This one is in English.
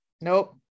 Nope